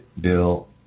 Bill